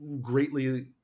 greatly